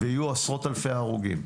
ויהיו עשרות אלפי הרוגים.